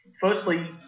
firstly